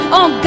on